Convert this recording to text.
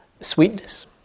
sweetness